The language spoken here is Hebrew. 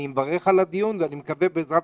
אני מברך על הדיון ואני מקווה בעזרת